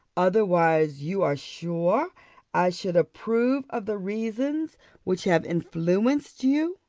otherwise you are sure i should approve of the reasons which have influenced you.